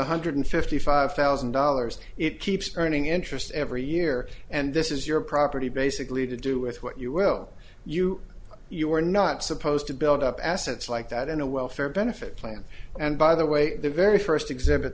one hundred fifty five thousand dollars it keeps earning interest every year and this is your property basically to do with what you will you you are not supposed to build up assets like that in a welfare benefits plan and by the way the very first exhibit